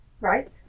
Right